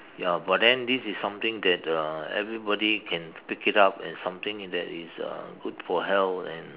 ya but then this is something that uh everybody can pick it up and something that is uh good for health and